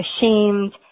ashamed